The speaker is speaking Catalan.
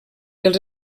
els